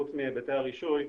חוץ מהיבטי הרישוי,